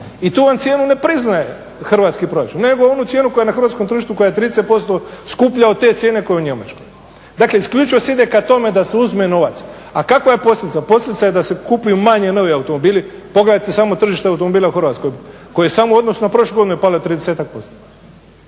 i tu vam cijenu ne priznaje hrvatski proračun nego onu cijenu koja je na hrvatskom tržištu koja je 30% skuplja od te cijene koja je u Njemačkoj. Dakle, isključivo se ide ka tome da se uzme novac, a kakva je posljedica? Posljedica je da se kupuju manje novi automobili, pogledajte samo tržište automobila u Hrvatskoj koje samo u odnosu na prošlu godinu je palo 30-ak